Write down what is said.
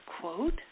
quote